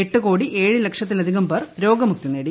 എട്ടു കോടി ഏഴ് ലക്ഷത്തിലധികം പേർ രോഗമുക്തി നേടി